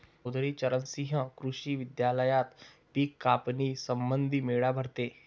चौधरी चरण सिंह कृषी विद्यालयात पिक कापणी संबंधी मेळा भरतो